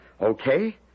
Okay